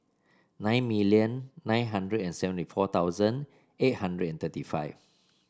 nine million nine hundred and seventy four thousand eight hundred and thirty five